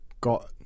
got